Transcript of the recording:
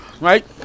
Right